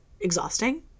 exhausting